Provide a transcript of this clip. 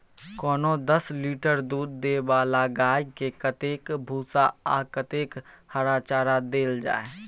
कोनो दस लीटर दूध दै वाला गाय के कतेक भूसा आ कतेक हरा चारा देल जाय?